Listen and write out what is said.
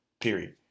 Period